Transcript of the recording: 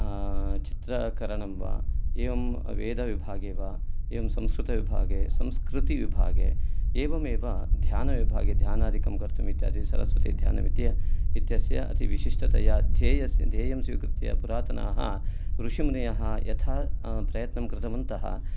चित्रकरणं वा एवं वेदविभागे वा एवं संस्कृतविभागे संस्कृतिविभागे एवमेव ध्यानविभागे ध्यानादिकं कर्तुम् इत्यादि सरस्वतीध्यानम् इति इत्यस्य अति विशिष्टतया धेयं स्वीकृत्य पुरातनाः ऋषिमुनयः यथा प्रयत्नं कृतवन्तः